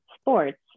sports